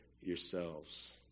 yourselves